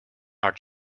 are